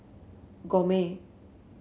gourmet